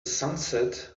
sunset